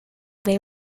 they